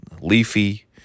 leafy